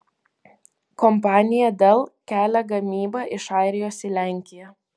kompanija dell kelia gamybą iš airijos į lenkiją